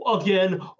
again